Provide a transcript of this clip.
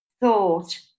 Thought